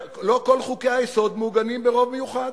לא כל חוקי-היסוד מעוגנים ברוב מיוחד.